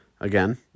again